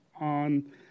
on